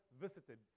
visited